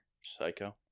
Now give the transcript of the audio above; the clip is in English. Psycho